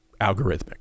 algorithmic